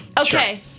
Okay